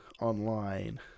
online